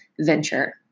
venture